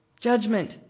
Judgment